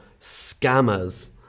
scammers